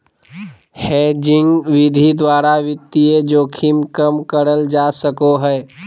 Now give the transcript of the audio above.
hedging विधि द्वारा वित्तीय जोखिम कम करल जा सको हय